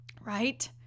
right